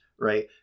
right